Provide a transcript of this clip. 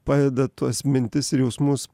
padeda tuos mintis ir jausmus